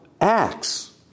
acts